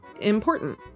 important